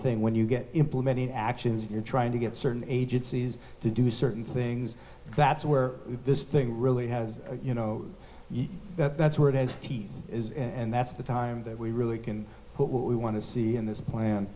thing when you get implementing actions and you're trying to get certain agencies to do certain things that's where this thing really has you know that that's where it has he is and that's the time that we really can put what we want to see in this plan